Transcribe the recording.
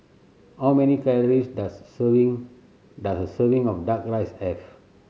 how many calories does serving does a serving of Duck Rice have